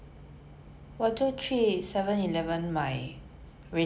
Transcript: okay true true okay